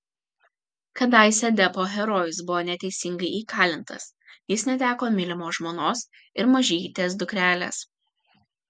kadaise deppo herojus buvo neteisingai įkalintas jis neteko mylimos žmonos ir mažytės dukrelės